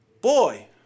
boy